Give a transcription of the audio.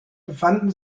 befanden